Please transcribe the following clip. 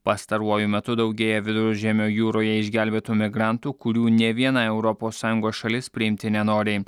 pastaruoju metu daugėja viduržemio jūroje išgelbėtų migrantų kurių nė viena europos sąjungos šalis priimti nenori